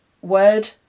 word